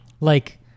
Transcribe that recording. like-